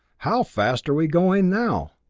how fast are we going now?